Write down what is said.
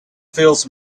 fills